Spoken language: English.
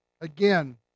Again